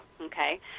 okay